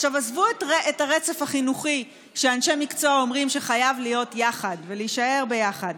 עזבו את הרצף החינוכי שאנשי מקצוע אומרים שחייב להיות יחד ולהישאר ביחד,